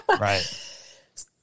right